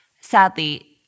sadly